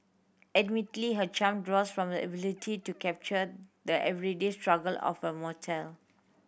admittedly her charm draws from her ability to capture the everyday struggle of a mortal